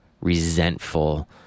resentful